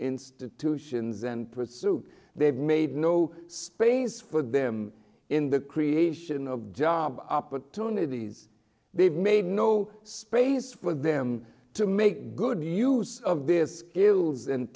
institutions and pursuit they've made no space for them in the creation of job opportunities they've made no space for them to make good use of this ills and